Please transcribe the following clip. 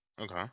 okay